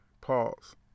Pause